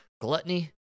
gluttony